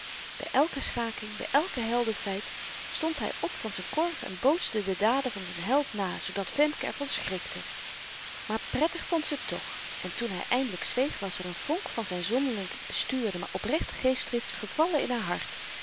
by elke schaking by elk heldenfeit stond hy op van z'n korf en bootste de daden van z'n held na zoodat femke er van schrikte maar prettig vond ze t toch en toen hy eindelyk zweeg was er een vonk van zyn zonderling bestuurde maar oprechte geestdrift gevallen in haar hart